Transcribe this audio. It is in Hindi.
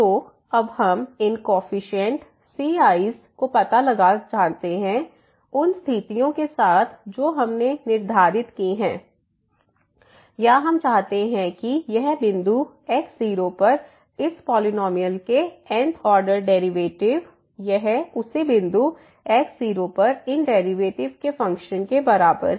तो अब हम इन कॉफिशिएंट ci's का पता लगाना चाहते हैं उन स्थितियों के साथ जो हमने निर्धारित की है या हम चाहते हैं कि यह बिंदु x0 पर इस पॉलिनॉमियल के n th ऑर्डर डेरिवेटिव यह उसी बिंदु x0 पर इन डेरिवेटिव के फ़ंक्शन के बराबर है